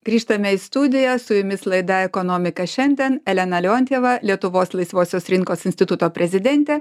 grįžtame į studiją su jumis laida ekonomika šiandien elena leontjeva lietuvos laisvosios rinkos instituto prezidentė